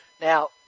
Now